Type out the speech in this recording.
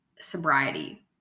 sobriety